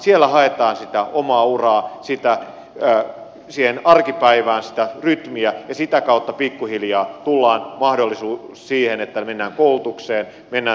siellä haetaan sitä omaa uraa siihen arkipäivään sitä rytmiä ja sitä kautta pikku hiljaa tulee mahdollisuus siihen että mennään koulutukseen mennään työpaikkaan